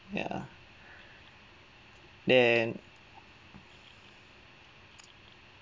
ya then